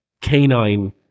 canine